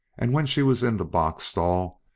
and when she was in the box-stall,